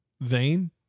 vain